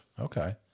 Okay